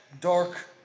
dark